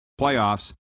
playoffs